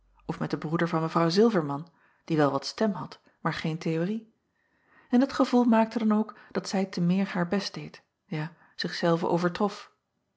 of met den broeder van w ilverman die wel wat stem had maar geen theorie en dat gevoel maakte dan ook dat zij te meer haar best deed ja